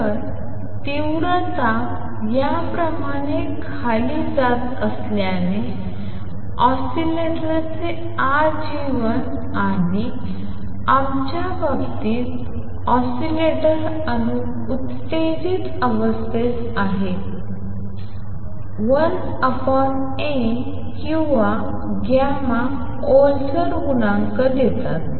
तर तीव्रता याप्रमाणे खाली जात असल्याने ऑसीलेटरचे आजीवन आणि आमच्या बाबतीत ऑसीलेटर अणू उत्तेजित अवस्थेत आहे 1A किंवा 1γ γ ओलसर गुणांक आहे